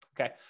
Okay